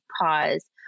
pause